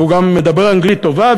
והוא גם מדבר אנגלית טובה,